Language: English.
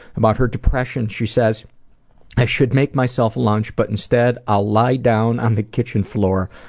about her depression she says i should make myself lunch but instead i'll lie down on the kitchen floor.